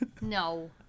No